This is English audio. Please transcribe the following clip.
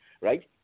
right